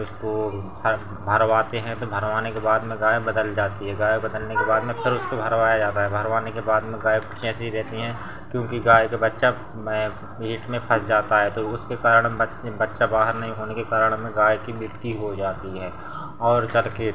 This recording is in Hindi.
उसको भर भरवाते हैं तो भरवाने के बाद में गाय बदल जाती है गाय बदलने के बाद में फिर उसको भरवाया जाता है भरवाने के बाद में गाय कुछ ऐसी रहती हैं क्योंकि गाय के बच्चा मैं पेट में फंस जाता है तो उसके कारण में बच्चा बाहर नहीं होने के कारण में गाय की मृत्यु हो जाती है और चरके